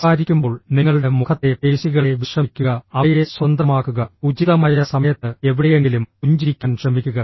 സംസാരിക്കുമ്പോൾ നിങ്ങളുടെ മുഖത്തെ പേശികളെ വിശ്രമിക്കുക അവയെ സ്വതന്ത്രമാക്കുക ഉചിതമായ സമയത്ത് എവിടെയെങ്കിലും പുഞ്ചിരിക്കാൻ ശ്രമിക്കുക